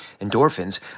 Endorphins